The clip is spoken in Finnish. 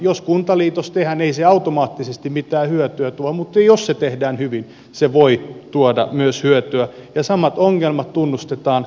jos kuntaliitos tehdään ei se automaattisesti mitään hyötyä tuo mutta jos se tehdään hyvin se voi tuoda myös hyötyä ja samat ongelmat tunnustetaan